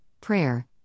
prayer